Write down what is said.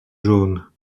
jaunes